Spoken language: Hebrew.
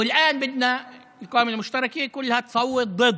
ועכשיו אנחנו כולנו ברשימה המשותפת נצביע נגד.